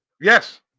Yes